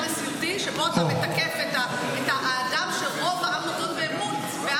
נשיאותי שבו שאתה מתקף את האדם שרוב נותן בו אמון,